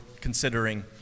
considering